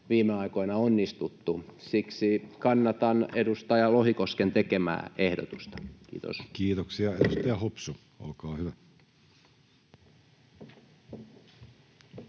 viime aikoina onnistuttu. Siksi kannatan edustaja Lohikosken tekemää ehdotusta. — Kiitos. [Speech 180] Speaker: